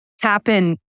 happen